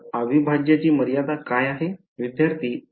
तर अविभाज्यची मर्यादा काय आहे